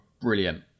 brilliant